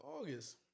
August